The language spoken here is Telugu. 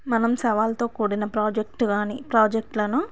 మనం సవాలుతో కూడిన ప్రాజెక్ట్ కానీ ప్రాజెక్టులను